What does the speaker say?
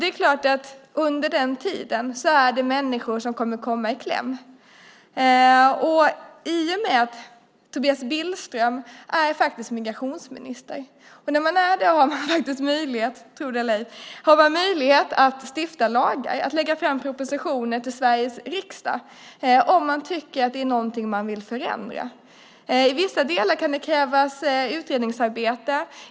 Det är klart att det under den tiden är människor som kommer att komma i kläm. Tobias Billström är migrationsminister och när man är det har man faktiskt möjlighet, tro det eller ej, att lägga fram propositioner till Sveriges riksdag om man tycker att det är någonting i lagstiftningen som man vill förändra. I vissa delar kan det krävas utredningsarbete.